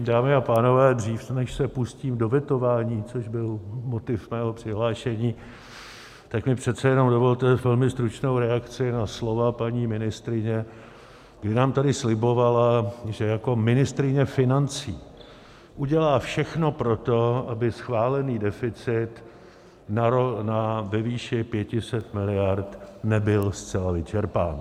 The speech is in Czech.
Dámy a pánové, dřív než se pustím do vetování, což byl motiv mého přihlášení, tak mi přece jenom dovolte velmi stručnou reakci na slova paní ministryně, kdy nám tady slibovala, že jako ministryně financí udělá všechno pro to, aby schválený deficit ve výši 500 miliard nebyl zcela vyčerpán.